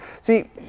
See